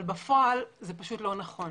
אבל בפועל, זה פשוט לא נכון.